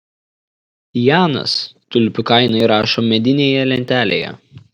janas tulpių kainą įrašo medinėje lentelėje